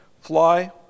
fly